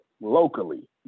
locally